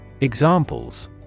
Examples